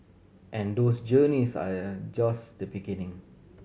and those journeys are just the beginning